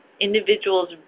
individuals